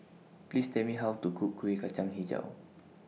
Please Tell Me How to Cook Kuih Kacang Hijau